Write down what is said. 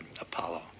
Apollo